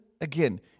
Again